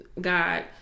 God